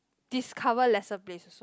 discover lesser place also